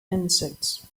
insects